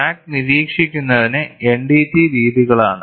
crack നിരീക്ഷിക്കുന്നത് NDT രീതികളാണ്